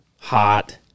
hot